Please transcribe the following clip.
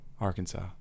Arkansas